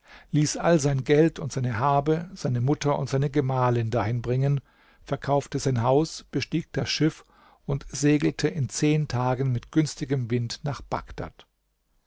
ließ all sein geld und seine habe seine mutter und seine gemahlin dahin bringen verkaufte sein haus bestieg das schiff und segelte in zehn tagen mit günstigem wind nach bagdad